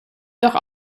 doch